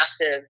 massive